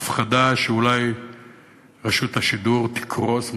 ההפחדה שאולי רשות השידור תקרוס,